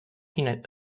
been